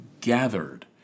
gathered